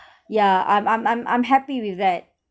yeah I'm I'm I'm I'm happy with that